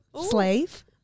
Slave